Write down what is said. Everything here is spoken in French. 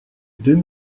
deux